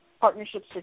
partnerships